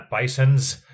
Bisons